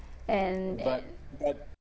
and then